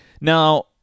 Now